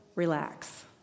Relax